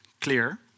Clear